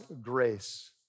grace